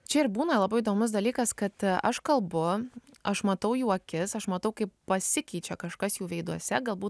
čia ir būna labai įdomus dalykas kad aš kalbu aš matau jų akis aš matau kaip pasikeičia kažkas jų veiduose galbūt